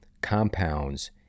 compounds